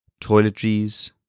toiletries